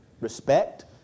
respect